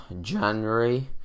January